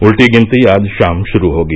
उल्टी गिनती आज शाम शुरू होगी